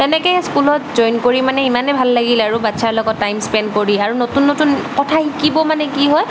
তেনেকে স্কুলত জইন কৰি মানে ইমানে ভাল লাগিলে আৰু বাচ্ছাৰ লগত টাইম স্পেণ্ড কৰি আৰু নতুন নতুন কথা শিকিব মানে কি হয়